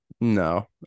no